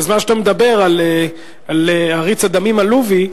בזמן שאתה מדבר על עריץ הדמים הלובי,